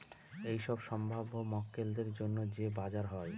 এইসব সম্ভাব্য মক্কেলদের জন্য যে বাজার হয়